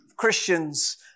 Christians